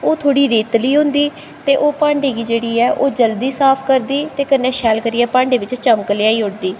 ओह् थोह्ड़ी रेतीली होंदी ते ओह् भांडें गी जेह्ड़ी ऐ ओह् जल्दी साफ करदी ते कन्नै शैल करियै भांडे बिच्च चमक लेआई ओड़दी